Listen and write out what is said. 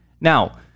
Now